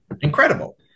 incredible